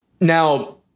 Now